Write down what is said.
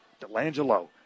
Delangelo